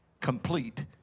complete